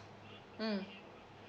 mm